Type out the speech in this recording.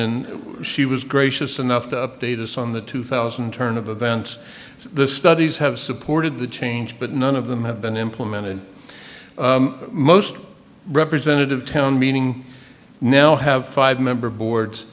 and she was gracious enough to update us on the two thousand turn of events the studies have supported the change but none of them have been implemented most representative town meeting now have five member boards